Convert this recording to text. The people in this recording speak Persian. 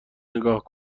نگاه